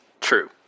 True